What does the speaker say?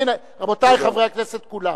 רבותי חברי הכנסת כולם,